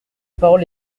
parole